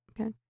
okay